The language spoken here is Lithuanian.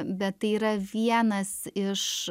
bet tai yra vienas iš